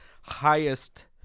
highest